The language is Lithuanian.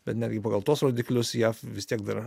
bet netgi pagal tuos rodiklius jav vis tiek dar